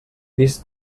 vist